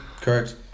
correct